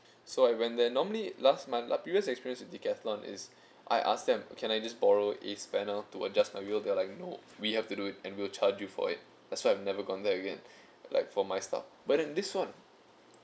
so I went there normally last month lah previous experience with Decathlon is I ask them can I just borrow a spanner to adjust my wheel there like you know we have to do it and we'll charge you for it that's why I've never gone there again like for my stuff but then this one